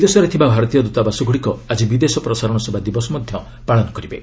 ବିଦେଶରେ ଥିବା ଭାରତୀୟ ଦ୍ରତାବାସଗୁଡ଼ିକ ଆକ୍ଟି ବିଦେଶ ପ୍ରସାରଣ ସେବା ଦିବସ ମଧ୍ୟ ପାଳନ କରିବେ